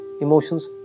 emotions